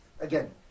Again